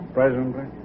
presently